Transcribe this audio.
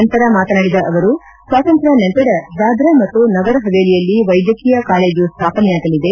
ನಂತರ ಮಾತನಾಡಿದ ಅವರು ಸ್ವಾತಂತ್ರ್ಯಾ ನಂತರ ದಾದ್ರ ಮತ್ತು ನಗರ್ ಹವೇಲಿಯಲ್ಲಿ ವೈದ್ಯಕೀಯ ಕಾಲೇಜು ಸ್ಥಾಪನೆಯಾಗಲಿದೆ